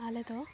ᱟᱞᱮᱫᱚ